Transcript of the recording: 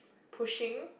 pushing